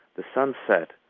the sun set,